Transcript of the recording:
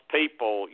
people